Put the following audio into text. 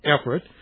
effort